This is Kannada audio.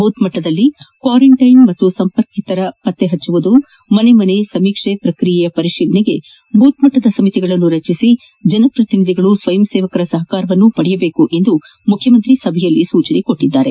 ಬೂತ್ ಮಟ್ಟದಲ್ಲಿ ಕ್ವಾರಂಟ್ಟಿನ್ ಸಂಪರ್ಕಿತರ ಪತ್ತೆ ಹಚ್ಚುವುದು ಮನೆ ಮನೆ ಸಮೀಕ್ಷೆ ಪ್ರಕ್ರಿಯೆಯ ಪರಿಶೀಲನೆ ನಡೆಸಲು ಬೂತ್ ಮಟ್ಲದ ಸಮಿತಿಗಳನ್ನು ರಚಿಸಿ ಜನಪ್ರತಿನಿಧಿಗಳು ಸ್ವಯಂ ಸೇವಕರ ಸಹಕಾರವನ್ನು ಪಡೆಯುವಂತೆ ಮುಖ್ಯಮಂತ್ರಿ ಸಭೆಯಲ್ಲಿ ಸೂಚಿಸಿದರು